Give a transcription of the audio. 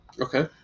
Okay